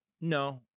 No